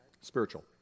Spiritual